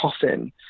coffin